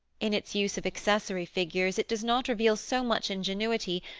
in its use of accessory figures it does not reveal so much ingenuity,